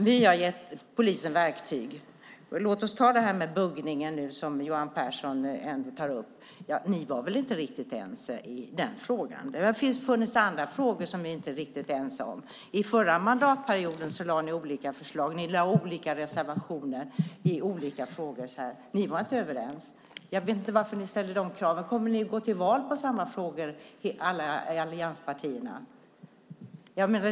Vi har gett polisen verktyg. Låt oss ta detta med buggning som Johan Pehrson nämnde. Ni var väl inte riktigt ense i den frågan, Johan Pehrson. Det har också funnits andra frågor som ni inte varit riktigt ense om. Under den förra mandatperioden lade ni fram olika förslag. Ni hade olika reservationer i olika frågor. Ni var inte överens. Jag vet inte varför ni ställer de kraven på oss. Kommer ni att gå till val på samma frågor i allianspartierna?